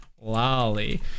lolly